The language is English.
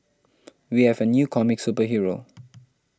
we have a new comic superhero